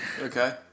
Okay